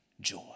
joy